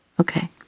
Okay